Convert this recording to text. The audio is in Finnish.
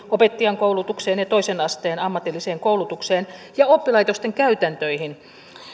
opettajankoulutukseen ja toisen asteen ammatilliseen koulutukseen ja oppilaitosten käytäntöihin